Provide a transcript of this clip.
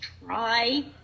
try